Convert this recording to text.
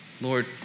Lord